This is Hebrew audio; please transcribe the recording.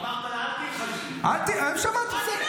אמרת לה, אל תלחשי.